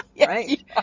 right